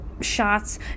shots